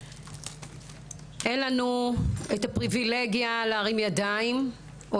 אין לנו את הפריבילגיה להרים ידיים או